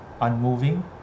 unmoving